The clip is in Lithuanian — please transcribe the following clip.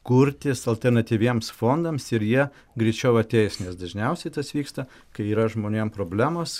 kurtis alternatyviems fondams ir jie greičiau ateis nes dažniausiai tas vyksta kai yra žmonėm problemos